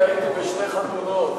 הייתי בשתי חתונות,